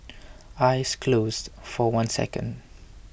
eyes closed for one second